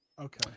Okay